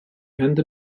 and